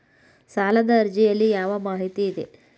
ಸಾಲದ ಅರ್ಜಿಯಲ್ಲಿ ಯಾವ ಮಾಹಿತಿ ಇದೆ?